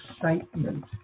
excitement